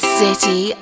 city